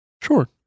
Sure